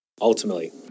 Ultimately